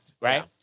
Right